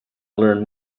learn